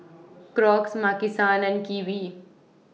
Crocs Maki San and Kiwi